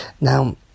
Now